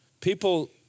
people